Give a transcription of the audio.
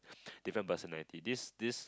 different personality this this